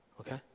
Okay